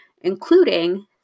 including